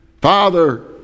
Father